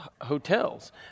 hotels